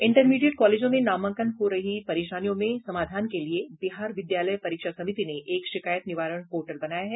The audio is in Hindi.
इंटरमीडिएट कॉलेजों में नामांकन में हो रही परेशानियों के समाधान के लिये बिहार विद्यालय परीक्षा समिति ने एक शिकायत निवारण पोर्टल बनाया है